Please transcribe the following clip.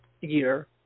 year